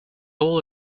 all